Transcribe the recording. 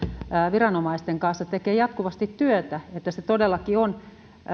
viranomaisten kanssa tekee jatkuvasti työtä että todellakin